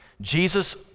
Jesus